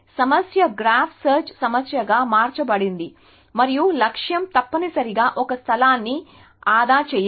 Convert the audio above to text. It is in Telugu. సమస్య గ్రాఫ్ సెర్చ్ సమస్యగా మార్చబడింది మరియు లక్ష్యం తప్పనిసరిగా ఒక స్థలాన్ని ఆదా చేయడం